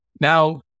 Now